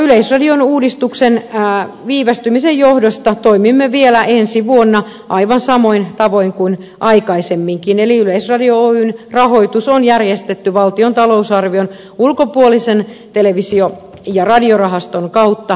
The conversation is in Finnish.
yleisradion uudistuksen viivästymisen johdosta toimimme vielä ensi vuonna aivan samoin tavoin kuin aikaisemminkin eli yleisradio oyn rahoitus on järjestetty valtion talousarvion ulkopuolisen televisio ja radiorahaston televisiomaksukertymän kautta